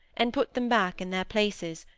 and put them back in their places,